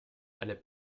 alle